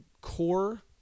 core